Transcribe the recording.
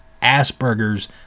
Asperger's